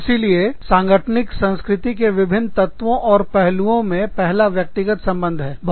इसीलिए सांगठनिक संस्कृति के विभिन्न तत्वों और पहलुओं में पहला व्यक्तिगत संबंध है